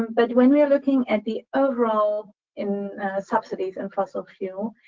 but when we're looking at the overall in subsidies in fossil fuel,